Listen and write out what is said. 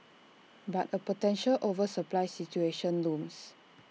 but A potential oversupply situation looms